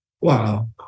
Wow